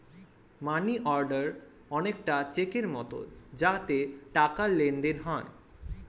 মানি order অনেকটা চেকের মতো যাতে টাকার লেনদেন হয়